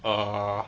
err